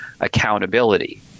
accountability